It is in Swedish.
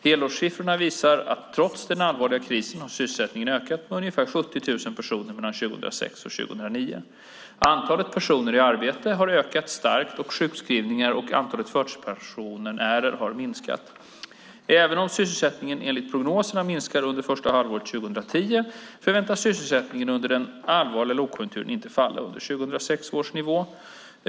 Helårssiffrorna visar att trots den allvarliga krisen har sysselsättningen ökat med ungefär 70 000 personer mellan 2006 och 2009. Antalet personer i arbete har ökat starkt och sjukskrivningar och antalet förtidspensionärer har minskat. Även om sysselsättningen enligt prognoserna minskar under det första halvåret 2010 förväntas sysselsättningen under denna allvarliga lågkonjunktur inte falla under 2006 års nivå.